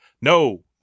No